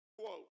quote